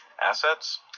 assets